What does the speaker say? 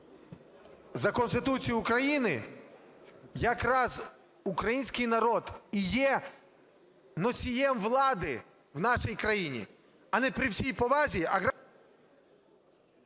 за Конституцією України якраз український народ і є носієм влади в нашій країні, а не, при всій повазі…